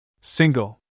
Single